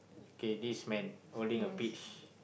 okay this man holding a peach